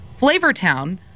Flavortown